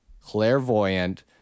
Clairvoyant